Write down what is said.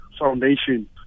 foundation